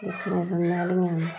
दिक्खने सुनने आह्लियां न